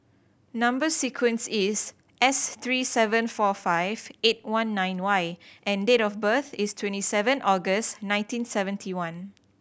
number sequence is S three seven four five eight one nine Y and date of birth is twenty seven August nineteen seventy one